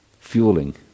fueling